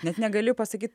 net negali pasakyt